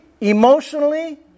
emotionally